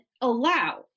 allow